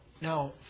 Now